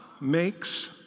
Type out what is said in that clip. makes